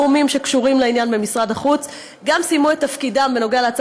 כל הגורמים שקשורים לעניין במשרד החוץ גם סיימו את תפקידם בהקשר של